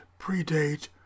predate